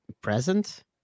present